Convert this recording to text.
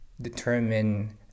determine